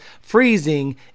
freezing